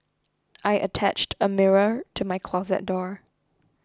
I attached a mirror to my closet door